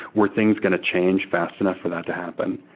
were things going to change fast enough for that to happen?